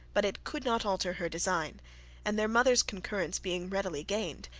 but it could not alter her design and their mother's concurrence being readily gained,